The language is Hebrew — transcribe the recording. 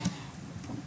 (אומרת דברים בשפת הסימנים,